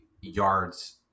yards